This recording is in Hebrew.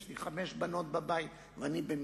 יש לי חמש בנות בבית ואני במיעוט.